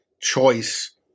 choice